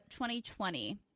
2020